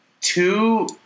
two